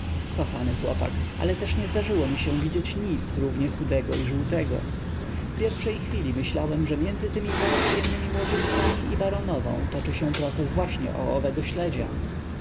kochany chłopak ale też nie zdarzyło mi się widzieć nic równie chudego i żółtego w pierwszej chwili myślałem że między tymi przyjemnymi młodzieńcami i baronową toczy się proces właśnie o owego śledzia